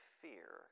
fear